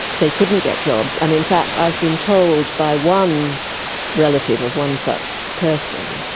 they couldn't get jobs. and in fact i've been told by one relative of one such person,